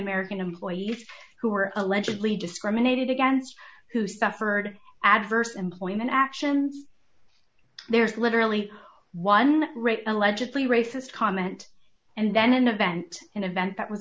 american employees who are allegedly discriminated against who suffered adverse employment action there's literally one great allegedly racist comment and then an event and event that was